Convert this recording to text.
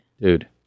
Dude